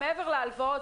מעבר להלוואות,